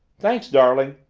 thanks, darling.